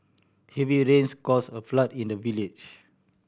heavy rains caused a flood in the village